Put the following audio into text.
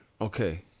Okay